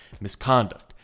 misconduct